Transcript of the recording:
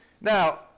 Now